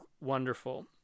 wonderful